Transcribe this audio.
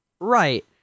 right